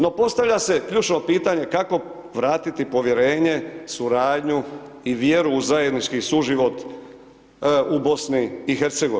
No postavlja se ključno pitanje kako vratiti povjerenje, suradnju i vjeru u zajednički suživot u BiH.